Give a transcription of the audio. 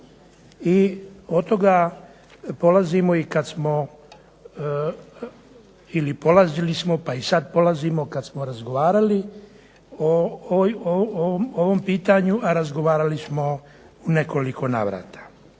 I od toga polazimo i kada smo ili polazili smo pa i sada polazimo kada smo razgovarali o ovom pitanju, a razgovarali smo u nekoliko navrata.